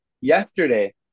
yesterday